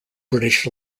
british